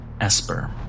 Esper